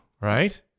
Right